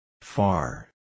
Far